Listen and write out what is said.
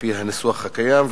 על-פי הניסוח הקיים,